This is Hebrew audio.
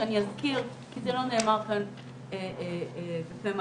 שאני אזכיר כי זה לא נאמר פה בפה מלא,